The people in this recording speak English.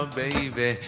baby